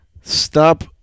stop